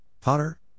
Potter